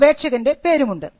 അപേക്ഷകൻറെ പേരുമുണ്ട്